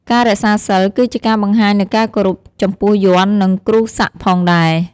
ការរក្សាសីលគឺជាការបង្ហាញនូវការគោរពចំពោះយ័ន្ត និងគ្រូសាក់ផងដែរ។